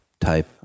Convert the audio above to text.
type